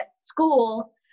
school